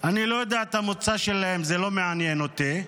אני לא יודע את המוצא שלהם, זה לא מעניין אותי.